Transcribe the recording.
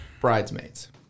Bridesmaids